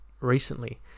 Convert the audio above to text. recently